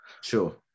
sure